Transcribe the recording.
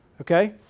okay